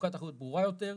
חלוקת אחריות ברורה יותר,